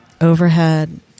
Overhead